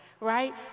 right